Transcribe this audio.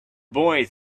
boy